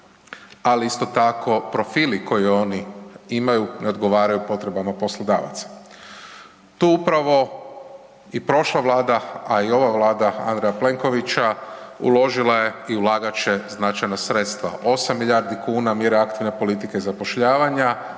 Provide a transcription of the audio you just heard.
ali isto tako profili koje oni imaju ne odgovaraju potrebama poslodavaca. Tu upravo i prošla vlada, a i ova Vlada Andreja Plenkovića uložila je i ulagat će značajna sredstva. 8 milijardi kuna mjera aktivne politike zapošljavanja,